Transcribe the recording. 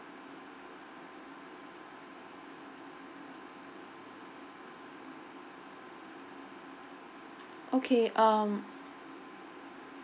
okay um